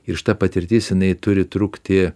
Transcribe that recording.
ir šita patirtis jinai turi trukti